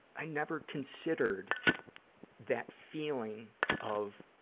i never considered that feeling of